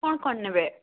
କ'ଣ କ'ଣ ନେବେ